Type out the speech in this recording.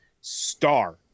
star